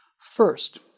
first